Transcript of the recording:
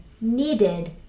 needed